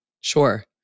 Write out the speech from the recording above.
Sure